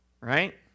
Right